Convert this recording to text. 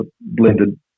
blended